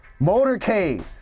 Motorcade